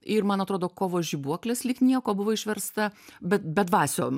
ir man atrodo kovo žibuoklės lyg nieko buvo išversta bet bedvasio